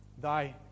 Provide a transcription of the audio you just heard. Thy